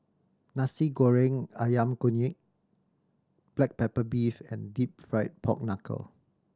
Nasi Goreng Ayam Kunyit black pepper beef and Deep Fried Pork Knuckle